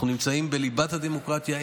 אנחנו נמצאים בליבת הדמוקרטיה.